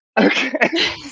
Okay